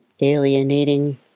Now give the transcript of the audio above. alienating